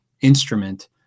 instrument